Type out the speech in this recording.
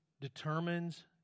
determines